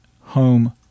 home